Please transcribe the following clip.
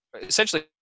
essentially